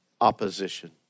opposition